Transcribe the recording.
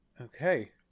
okay